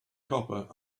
copper